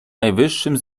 najwyższym